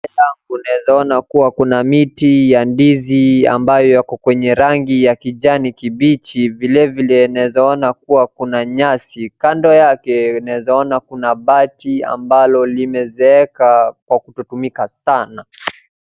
Mbele yangu unawezaona kuwa kuna miti ya ndizi ambayo yako kwenye rangi ya kijani kibichi. Vile vile nawezaona kuwa kuna nyasi, kando yake nawezaona kuna bati ambalo limezeeka kwa kutotumika sana.